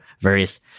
various